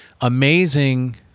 Amazing